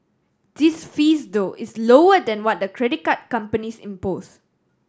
this fees though is lower than what the credit card companies impose